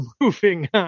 moving